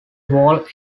whole